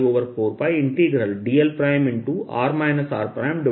r r